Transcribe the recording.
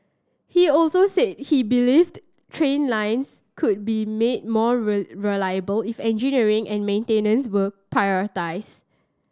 he also said he believed train lines could be made more reliable if engineering and maintenance were prioritised